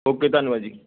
okay ਧੰਨਵਾਦ ਜੀ